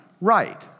right